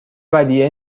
ودیعه